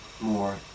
more